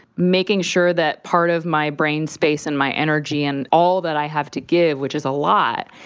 making sure that part of my brain space and my energy and all that i have to give, which is a lot,